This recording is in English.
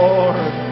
Lord